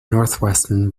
northwestern